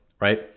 right